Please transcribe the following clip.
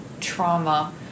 trauma